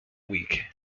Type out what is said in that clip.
week